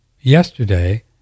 yesterday